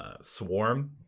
swarm